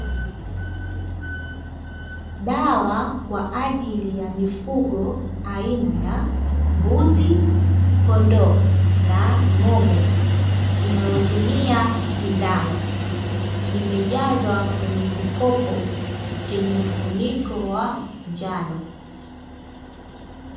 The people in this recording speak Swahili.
Dawa kwa ajili ya mifugo aina ya mbuzi, kondoo na ng’ombe inayotumia sindano imejazwa kwenye kikopo chenye mfuniko wa njano.